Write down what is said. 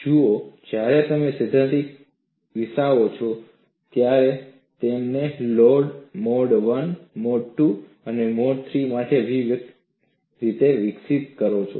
જુઓ જ્યારે તમે સિદ્ધાંત વિકસાવો છો ત્યારે તમે તેને મોડ મોડ II અને મોડ III માટે વ્યક્તિગત રીતે વિકસિત કરો છો